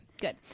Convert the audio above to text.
Good